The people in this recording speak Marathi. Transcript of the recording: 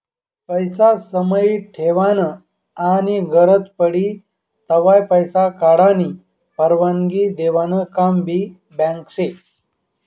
पैसा समाई ठेवानं आनी गरज पडी तव्हय पैसा काढानी परवानगी देवानं काम भी बँक शे